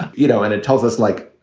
you know, and it tells us, like,